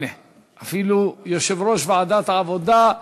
אפילו יושב-ראש ועדת העבודה,